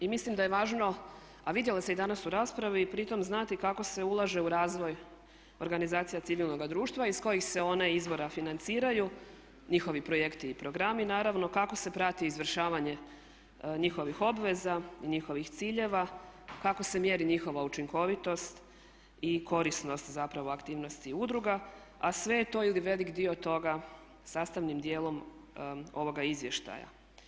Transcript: I mislim da je važno a vidjelo se i danas u raspravi i pri tome znati kako se ulaže u razvoj organizacija civilnoga društva iz kojih se one izvora financiraju, njihovi projekti i programi naravno, kako se prati izvršavanje njihovih obveza i njihovih ciljeva, kako se mjeri njihova učinkovitost i korisnost zapravo aktivnosti udruga a sve to ili velik dio toga sastavnim dijelom ovoga izvještaja.